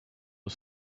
are